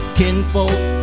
kinfolk